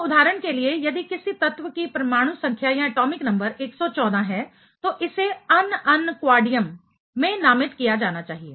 तो उदाहरण के लिए यदि किसी तत्व की परमाणु संख्या एटॉमिक नंबर 114 है तो इसे अन अन क्वाडियम में नामित किया जाना चाहिए